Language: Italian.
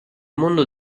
mondo